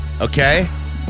okay